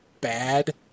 Bad